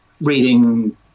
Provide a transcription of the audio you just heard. reading